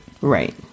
Right